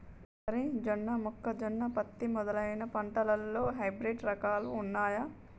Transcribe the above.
వరి జొన్న మొక్కజొన్న పత్తి మొదలైన పంటలలో హైబ్రిడ్ రకాలు ఉన్నయా?